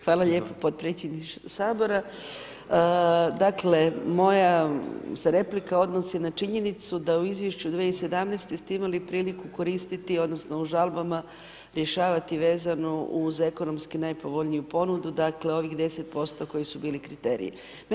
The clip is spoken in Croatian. Hvala lijepo podpredsjedniče sabora, dakle moja se replika odnosi na činjenicu da u izvješću 2017. ste imali priliku koristiti odnosno u žalbama rješavati vezano uz ekonomski najpovoljniju ponudu, dakle ovih 10% koji su bili kriteriji.